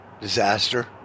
disaster